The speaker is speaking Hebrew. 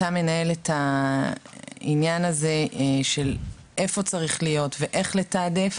אתה מנהל את העניין הזה של איפה צריך להיות ואיך לתעדף